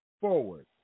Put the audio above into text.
forward